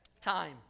time